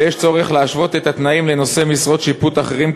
ויש צורך להשוות את התנאים לנושאי משרות שיפוט אחרים,